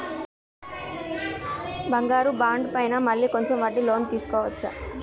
బంగారు బాండు పైన మళ్ళా కొంచెం వడ్డీకి లోన్ తీసుకోవచ్చా?